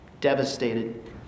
devastated